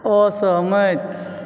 असहमति